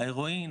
ההרואין,